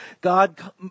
God